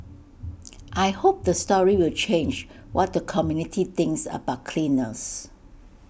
I hope the story will change what the community thinks about cleaners